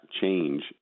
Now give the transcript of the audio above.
change